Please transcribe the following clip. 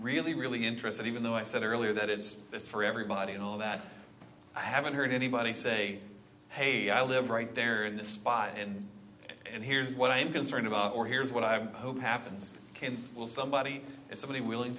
really really interested even though i said earlier that it's this for everybody and all that i haven't heard anybody say hey i live right there in this spot and and here's what i'm concerned about or here's what i'm hoping happens will somebody is somebody willing